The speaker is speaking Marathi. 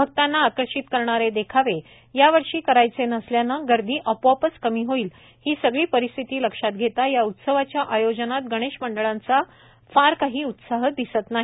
भक्तांना आकर्षित करणारे देखावे यावर्षी करायचे नसल्याने गर्दी आपोआपच कमी होईल ही सगळी परिस्थिती लक्षात घेता या उत्सवाच्या आयोजनात गणेश मंडळांचा फार काही उत्साह दिसत नाही